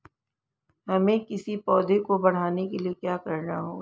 हमें किसी पौधे को बढ़ाने के लिये क्या करना होगा?